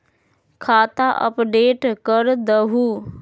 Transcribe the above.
खाता अपडेट करदहु?